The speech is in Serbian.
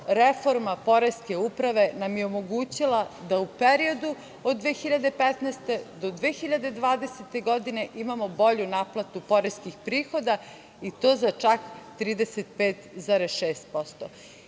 reforma poreske uprave nam je omogućila da u periodu od 2015. do 2020. godine imamo bolju naplatu poreskih prihoda i to za čak 35,6%.Ove